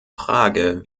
frage